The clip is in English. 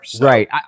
Right